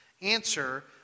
answer